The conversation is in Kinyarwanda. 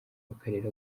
w’akarere